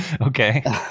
Okay